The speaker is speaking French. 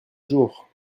jour